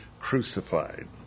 crucified